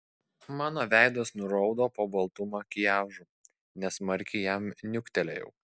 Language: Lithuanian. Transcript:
mano veidas nuraudo po baltu makiažu nesmarkiai jam niuktelėjau